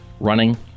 running